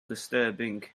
disturbing